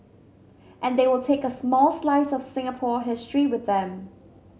and they will take a small slice of Singapore history with them